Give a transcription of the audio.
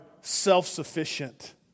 self-sufficient